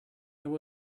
there